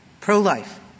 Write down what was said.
pro-life